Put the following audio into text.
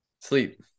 sleep